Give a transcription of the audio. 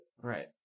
Right